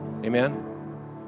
Amen